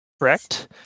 Correct